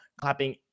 clapping